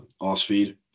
off-speed